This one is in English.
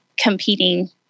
competing